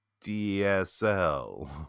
DSL